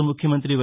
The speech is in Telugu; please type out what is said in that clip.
ముఖ్యమంతి వై